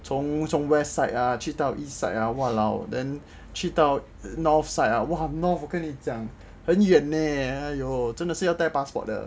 从 west side 去到 east side ah then !walao! 去到 north side !wah! north 我跟你讲很远 leh 真的是需要带 passport 的